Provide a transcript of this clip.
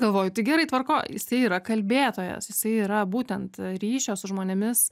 galvoju tai gerai tvarkoj jisai yra kalbėtojas jisai yra būtent ryšio su žmonėmis